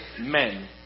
men